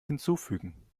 hinzufügen